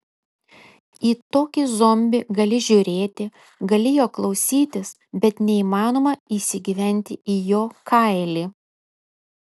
į tokį zombį gali žiūrėti gali jo klausytis bet neįmanoma įsigyventi į jo kailį